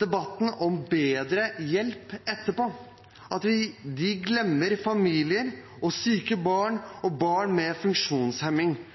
debatten om bedre hjelp etterpå – at de glemmer familier og syke barn og barn med